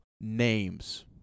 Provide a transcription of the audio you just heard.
Names